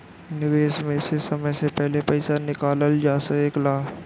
निवेश में से समय से पहले पईसा निकालल जा सेकला?